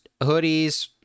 hoodies